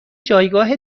جایگاه